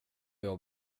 jag